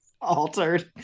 altered